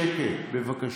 שקט, בבקשה.